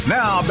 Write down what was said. now